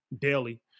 daily